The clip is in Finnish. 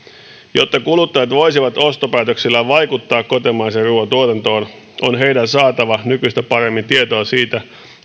jotta kuluttajat voisivat ostopäätöksillään vaikuttaa kotimaisen ruoan tuotantoon on heidän saatava nykyistä paremmin tietoa siitä